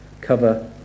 cover